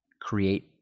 create